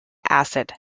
acid